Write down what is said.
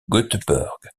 göteborg